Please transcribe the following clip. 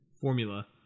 formula